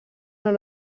non